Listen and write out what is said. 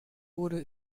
wurde